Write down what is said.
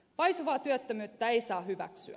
paisuvaa työttömyyttä ei saa hyväksyä